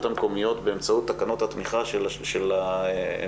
המקומיות באמצעות תקנות התמיכה של המשרד,